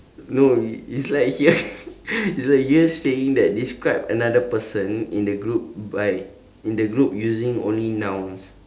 no i~ it's like you're is like you're saying that describe another person in the group by in the group using only nouns